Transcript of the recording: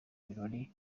ibirori